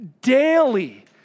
daily